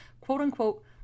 quote-unquote